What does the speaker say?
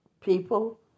people